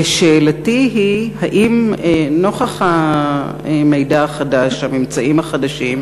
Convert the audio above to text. ושאלתי היא, האם נוכח המידע החדש, הממצאים החדשים,